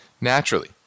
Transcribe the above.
naturally